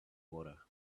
water